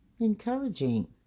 encouraging